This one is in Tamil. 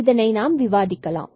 அதனை விவாதிக்கலாம்